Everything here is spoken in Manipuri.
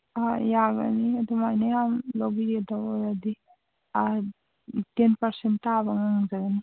ꯑꯍꯣꯏ ꯌꯥꯒꯅꯤ ꯑꯗꯨꯃꯥꯏꯅ ꯌꯥꯝ ꯂꯧꯕꯤꯒꯗꯧ ꯑꯣꯏꯔꯗꯤ ꯇꯦꯟ ꯄꯥꯔꯁꯦꯟ ꯇꯥꯕ ꯉꯝꯖꯒꯅꯤ